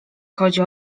chodzi